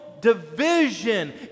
division